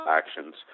actions